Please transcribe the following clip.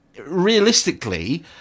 Realistically